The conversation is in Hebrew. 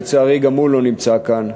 לצערי גם הוא לא נמצא כאן,